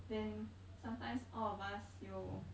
then sometimes all of us 有